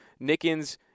Nickens